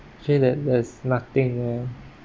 actually there there's nothing there